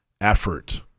effort